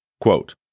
Quote